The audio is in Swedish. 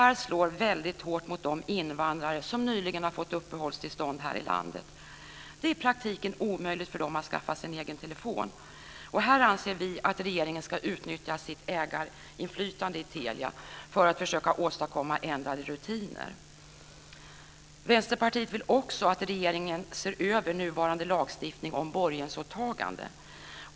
Det slår väldigt hårt mot de invandrare som nyligen har fått uppehållstillstånd här i landet. Det är i praktiken omöjligt för dem att skaffa sig en egen telefon. Vi anser att regeringen ska utnyttja sitt ägarinflytande i Telia för att försöka åstadkomma ändrade rutiner. Vänsterpartiet vill också att regeringen ser över nuvarande lagstiftning om borgensåtagande.